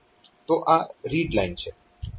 તો આ read line છે